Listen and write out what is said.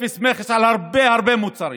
אפס מכס על הרבה הרבה מוצרים,